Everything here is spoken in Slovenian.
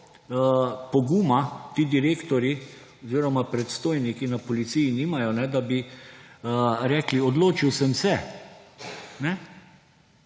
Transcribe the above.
poguma ti direktorji oziroma predstojniki na policiji nimajo, da bi rekli – odločil sem se.